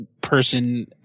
person